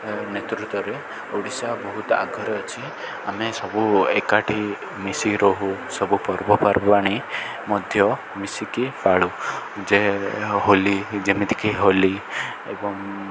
ନେତୃତ୍ୱରେ ଓଡ଼ିଶା ବହୁତ ଆଗରେ ଅଛି ଆମେ ସବୁ ଏକାଠି ମିଶି ରହୁ ସବୁ ପର୍ବପର୍ବାଣି ମଧ୍ୟ ମିଶିକି ପାଳୁ ଯେ ହୋଲି ଯେମିତିକି ହୋଲି ଏବଂ